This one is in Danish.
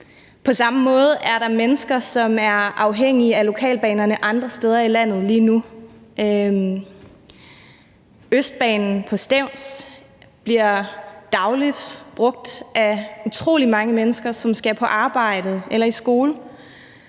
På samme måde er der mennesker, som er afhængige af lokalbanerne andre steder i landet lige nu. Østbanen på Stevns bliver dagligt brugt af utrolig mange mennesker, som skal på arbejde eller i skole,